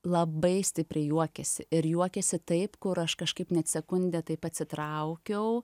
labai stipriai juokėsi ir juokėsi taip kur aš kažkaip net sekundę taip atsitraukiau